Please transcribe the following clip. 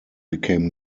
became